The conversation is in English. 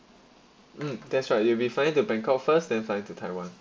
mm that's right you'll be flying to bangkok first then flying to taiwan